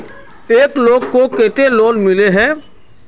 एक लोग को केते लोन मिले है?